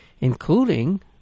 including